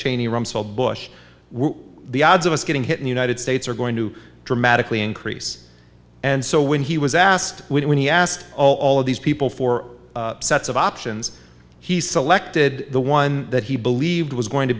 cheney rumsfeld bush were the odds of us getting hit in the united states are going to dramatically increase and so when he was asked when he asked all of these people four sets of options he selected the one that he believed was going to